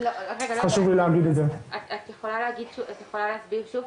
את יכולה להסביר שוב?